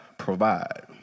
Provide